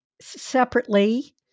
separately